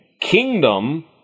kingdom